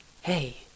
Hey